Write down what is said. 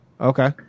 Okay